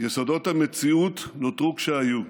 יסודות המציאות נותרו כשהיו,